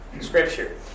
Scripture